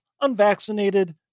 unvaccinated